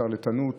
בשרלטנות.